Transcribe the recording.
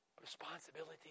responsibility